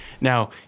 Now